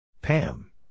Pam